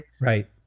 right